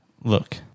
Look